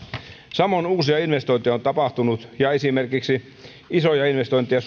samoin uusia investointeja on tapahtunut ja suomeen on tullut esimerkiksi isoja investointeja